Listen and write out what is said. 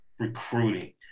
recruiting